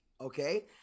Okay